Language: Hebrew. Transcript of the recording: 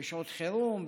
בשעות חירום,